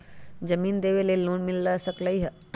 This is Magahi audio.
जमीन देवे से लोन मिल सकलइ ह?